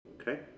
Okay